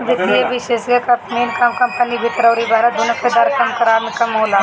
वित्तीय विषेशज्ञ कअ मेन काम कंपनी भीतर अउरी बहरा दूनो खरीदार से काम करावे कअ होला